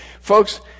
Folks